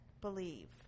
believe